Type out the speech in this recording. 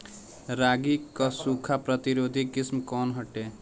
रागी क सूखा प्रतिरोधी किस्म कौन ह?